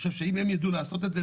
אני חושב שאם הם ידעו לעשות את זה,